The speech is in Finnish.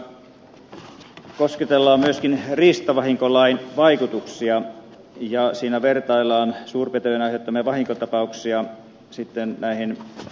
toimenpidekertomuksessa kosketellaan myöskin riistavahinkolain vaikutuksia ja siinä vertaillaan suurpetojen aiheuttamia vahinkotapauksia sitten näihin